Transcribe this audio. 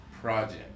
project